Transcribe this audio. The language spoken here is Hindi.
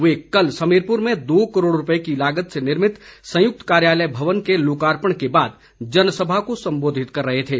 वे कल समीरपुर में दो करोड़ रूपये की लागत से निर्मित संयुक्त कार्यालय भवन के लोकार्पण के बाद जनसभा को संबोधित कर रहे थे